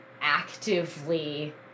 actively